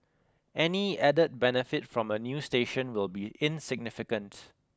any added benefit from a new station will be insignificant